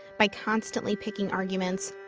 by constantly picking arguments,